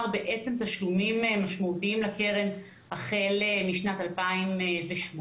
תשלומים משמעותיים לקרן החל משנת 2018,